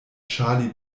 charlie